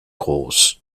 gross